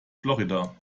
florida